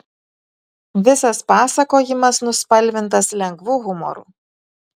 visas pasakojimas nuspalvintas lengvu humoru